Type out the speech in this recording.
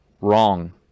wrong